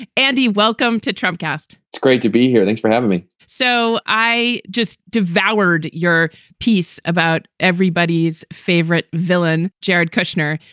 andy, welcome to trump cast it's great to be here. thanks for having me. so i just devoured your piece about everybody's favorite villain, jared kushner.